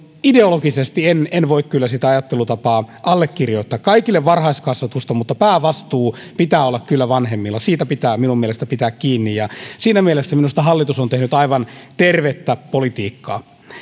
ideologisesti en en voi kyllä sitä ajattelutapaa allekirjoittaa kaikille varhaiskasvatusta mutta päävastuun pitää olla kyllä vanhemmilla siitä pitää minun mielestä pitää kiinni ja siinä mielessä minusta hallitus on tehnyt aivan tervettä politiikkaa